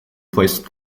placed